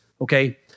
okay